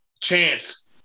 chance